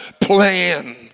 plan